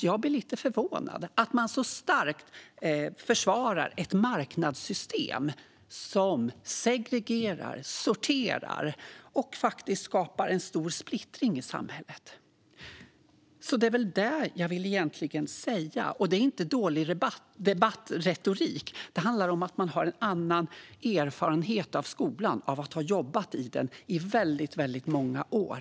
Jag blir lite förvånad över att man så starkt försvarar ett marknadssystem som segregerar, sorterar och faktiskt skapar en stor splittring i samhället. Det är egentligen det jag vill säga. Det är inte dålig debattretorik, utan det handlar om att man har en annan erfarenhet av skolan efter att ha jobbat i den i väldigt många år.